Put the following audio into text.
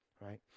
right